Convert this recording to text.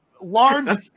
large